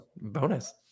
Bonus